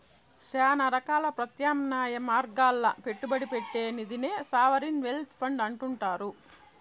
శానా రకాల ప్రత్యామ్నాయ మార్గాల్ల పెట్టుబడి పెట్టే నిదినే సావరిన్ వెల్త్ ఫండ్ అంటుండారు